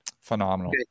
Phenomenal